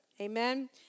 Amen